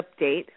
update –